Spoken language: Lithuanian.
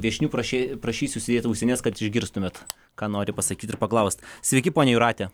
viešnių prašy prašysiu užsidėti ausines kad išgirstumėte ką nori pasakyti ir paklausti sveiki ponia jūrate